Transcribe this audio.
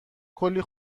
کلی